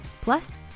Plus